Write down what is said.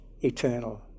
eternal